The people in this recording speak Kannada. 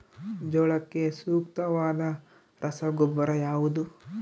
ಜೋಳಕ್ಕೆ ಸೂಕ್ತವಾದ ರಸಗೊಬ್ಬರ ಯಾವುದು?